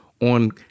on